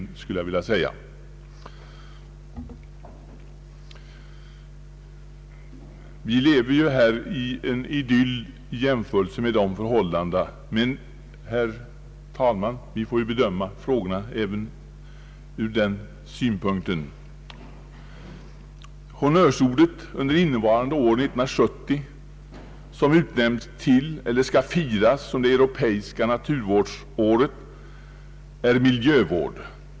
Vi lever här i en idyll i jämförelse med förhållandena där nere. Men, herr talman, vi får ändå bedöma frågorna inte från de hjälpbehövandes synpunkt utan ur vårt eget faktiska läge. Honnörsordet under innevarande år som skall firas som det europeiska naturvårdsåret är miljövård.